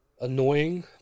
annoying